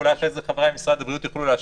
ואולי אחרי זה חבריי ממשרד הבריאות יוכלו להשלים,